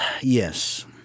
yes